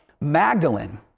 Magdalene